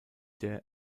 der